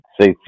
say